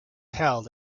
held